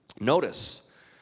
Notice